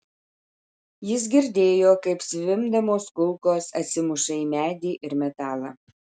jis girdėjo kaip zvimbdamos kulkos atsimuša į medį ir metalą